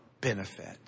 benefit